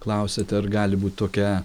klausiate ar gali būt tokia